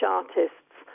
artists